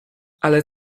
ale